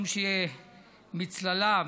מצללה,